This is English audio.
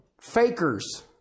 fakers